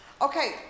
Okay